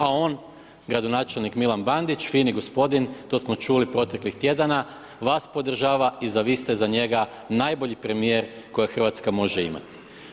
A on, gradonačelnik Milan Bandić, fini gospodin, to smo čuli proteklih tjedana vas podržava i vi ste za njega najbolji premijer kojeg Hrvatska može imati.